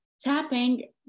tapping